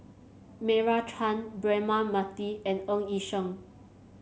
Meira Chand Braema Mathi and Ng Yi Sheng